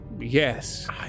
Yes